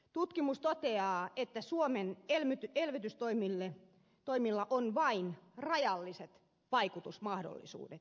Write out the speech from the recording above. tutkimus toteaa että suomen elvytystoimilla on vain rajalliset vaikutusmahdollisuudet